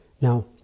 Now